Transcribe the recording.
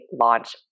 launch